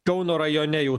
kauno rajone jau